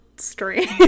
Strange